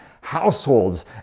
households